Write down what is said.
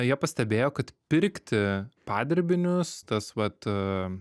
jie pastebėjo kad pirkti padirbinius tas vat